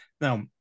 Now